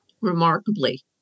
remarkably